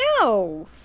No